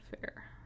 fair